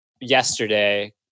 yesterday